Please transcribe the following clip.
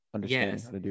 yes